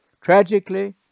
Tragically